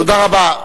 תודה רבה.